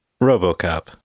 RoboCop